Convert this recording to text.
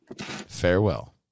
farewell